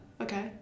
Okay